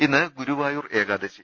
ഇന്ന് ഗുരുവായൂർ ഏകാദശി